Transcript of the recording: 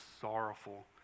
sorrowful